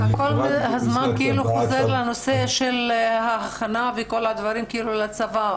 אתה כל הזמן חוזר לנושא של ההכנה והדברים לצבא,